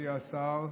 מכובדי השר,